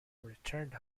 returned